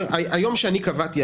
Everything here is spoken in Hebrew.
היום שאני קבעתי,